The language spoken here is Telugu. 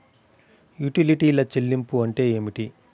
యుటిలిటీల చెల్లింపు అంటే ఏమిటి?